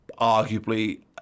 arguably